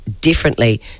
differently